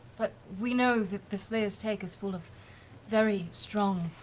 but we know that the slayer's take is full of very strong,